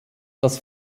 das